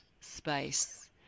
space